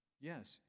yes